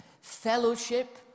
Fellowship